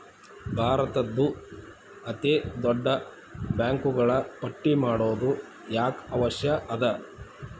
ಭಾರತದ್ದು ಅತೇ ದೊಡ್ಡ ಬ್ಯಾಂಕುಗಳ ಪಟ್ಟಿ ಮಾಡೊದು ಯಾಕ್ ಅವಶ್ಯ ಅದ?